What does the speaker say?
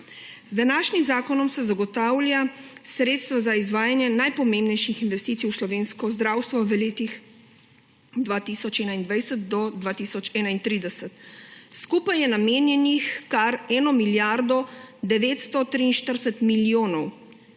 Z današnjim zakonom se zagotavljajo sredstva za izvajanje najpomembnejših investicij v slovensko zdravstvo v letih 2021–2031. Skupaj je namenjenih kar milijardo 943 milijonov,